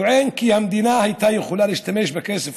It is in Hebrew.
טוען כי המדינה הייתה יכולה להשתמש בכסף